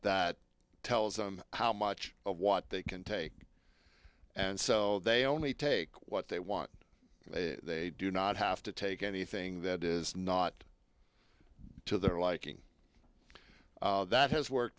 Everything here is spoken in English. that tells them how much of what they can take and so they only take what they want and they do not have to take anything that is not to their liking that has worked